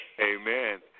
Amen